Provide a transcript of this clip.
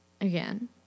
again